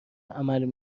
عمل